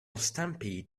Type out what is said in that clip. stampede